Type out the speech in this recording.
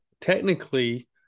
technically